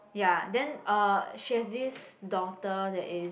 ya then uh she has this daughter that is